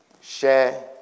share